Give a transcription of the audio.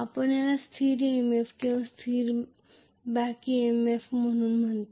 आपण याला स्थिर EMF किंवा स्थिर बॅक EMF म्हणून म्हणतो